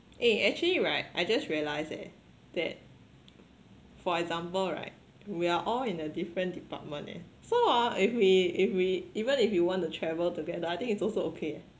eh actually right I just realise eh that for example right we are all in a different department eh so ah if we if we even if we want to travel together I think it's also okay eh